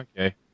Okay